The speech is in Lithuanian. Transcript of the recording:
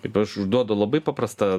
kaip aš užduodu labai paprastą